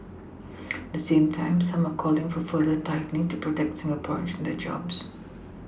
at the same time some are calling for further tightening to protect Singaporeans and their jobs